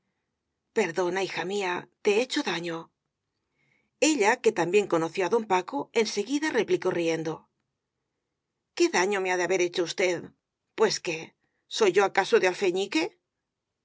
perdona hija mía te he hecho daño ella que también conoció á don paco en segui da replicó riendo qué daño me ha de haber hecho usted pues qué soy yo acaso de